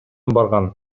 барган